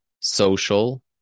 social